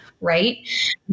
right